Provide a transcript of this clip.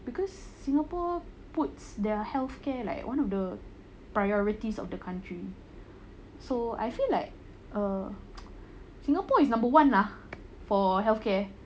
because singapore puts there are healthcare like one of the priorities of the country so I feel like err singapore is number one lah for healthcare